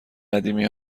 قدیمی